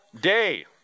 day